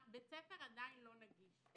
בית הספר עדיין לא נגיש.